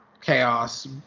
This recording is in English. chaos